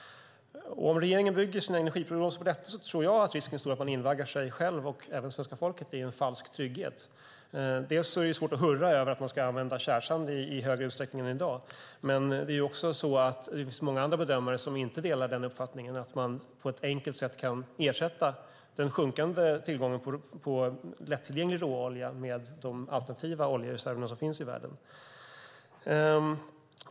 Om regeringen bygger sina energiprognoser på detta tror jag att risken är stor att man invaggar sig själv och även svenska folket i en falsk trygghet. Det är svårt att hurra över att man ska använda tjärsand i högre utsträckning än i dag. Men det är också så att det finns många andra bedömare som inte delar uppfattningen att man på ett enkelt sätt kan ersätta den sjunkande tillgången på lättillgänglig råolja med de alternativa oljereserver som finns i världen.